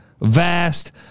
Vast